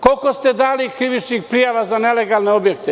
Koliko ste dali krivičnih prijava za nelegalne objekte?